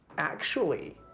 actually,